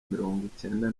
mirongwicyenda